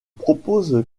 propose